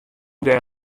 dêr